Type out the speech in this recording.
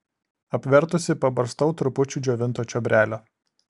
apvertusi pabarstau trupučiu džiovinto čiobrelio